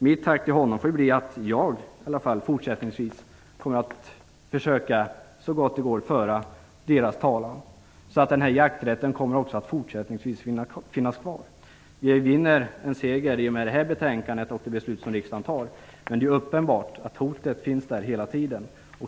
Mitt tack till honom går ut på att åtminstone jag fortsättningsvis så gott det går kommer att föra de små markägarnas talan så att deras jakträtt kommer att finnas kvar. Vi vinner en seger i och med det beslut som riksdagen kommer att fatta i detta ärende. Men det är uppenbart att hotet finns där hela tiden.